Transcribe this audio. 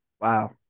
wow